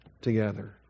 together